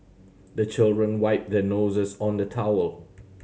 the children wipe their noses on the towel